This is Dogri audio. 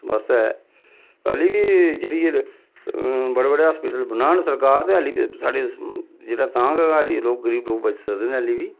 समस्या ऐ हल्ली बी जेह्ड़ी बड़े बड़े हास्पिटल बनान सरकार ते एल्ली साढ़े जेह्ड़ा तां गै हल्ली लोक गरीब लोक बची सकदे न हल्ली बी